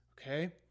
okay